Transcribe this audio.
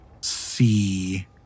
see